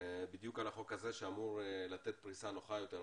בדיוק על החוק הזה שאמור לתת פריסה נוחה יותר,